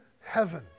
heaven